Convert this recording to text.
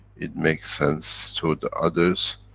it make sense to the others,